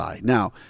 Now